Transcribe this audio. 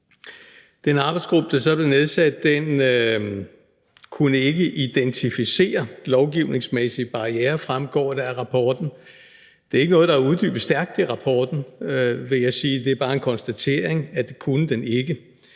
Den arbejdsgruppe, der så blev nedsat, kunne ikke identificere lovgivningsmæssige barrierer, fremgår det af rapporten. Det er ikke noget, der er uddybet stærkt i rapporten, vil jeg sige, det er bare en konstatering, at det kunne den ikke.